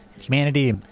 humanity